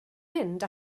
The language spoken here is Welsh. mynd